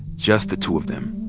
just the two of them.